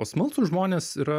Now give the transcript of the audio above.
o smalsūs žmonės yra